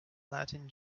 latin